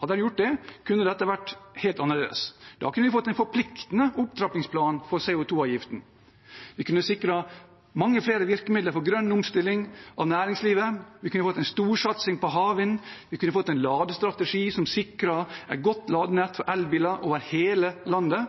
Hadde de gjort det, kunne dette ha vært helt annerledes. Da kunne vi ha fått en forpliktende opptrappingsplan for CO 2 -avgiften. Vi kunne ha sikret mange flere virkemidler for grønn omstilling av næringslivet, vi kunne ha fått en storsatsing på havvind, vi kunne ha fått en ladestrategi som sikret et godt ladenett for elbiler over hele landet, og